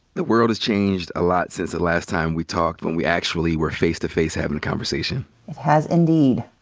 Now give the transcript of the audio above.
the world has changed a lot since the last time we talked, when we actually were face to face having a conversation. it has indeed.